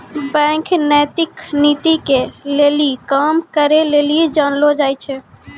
bank नैतिक नीति के लेली काम करै लेली जानलो जाय छै